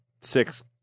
six